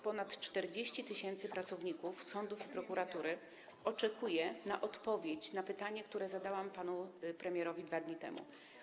Ponad 40 tys. pracowników sądów i prokuratury oczekuje na odpowiedź na pytanie, które zadałam panu premierowi 2 dni temu.